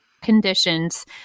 conditions